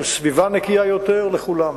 של סביבה נקייה יותר לכולם.